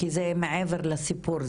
כי זה מעבר לסיפור,